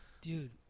Dude